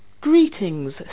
Greetings